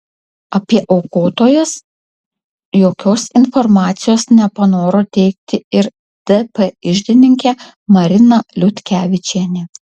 apie aukotojas jokios informacijos nepanoro teikti ir dp iždininkė marina liutkevičienė